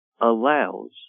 allows